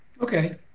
okay